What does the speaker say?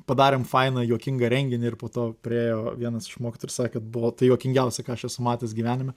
padarėm fainą juokingą renginį ir po to priėjo vienas iš mokytojų ir sakė buvo tai juokingiausia ką aš esu matęs gyvenime